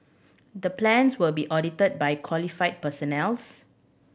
the plans will be audited by qualified personnels